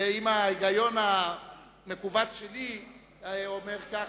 ואם ההיגיון המכווץ שלי אומר ככה,